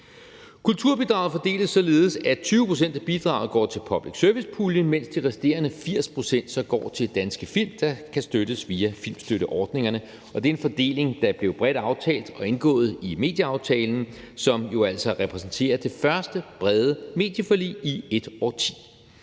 Kulturbidraget fordeles således, at 20 pct. af bidraget går til public service-puljen, mens de resterende 80 pct. så går til danske film, der kan støttes via filmstøtteordningerne, og det er en fordeling, der blev bredt aftalt og indgået i medieaftalen, som jo altså repræsenterer det første brede medieforlig i et årti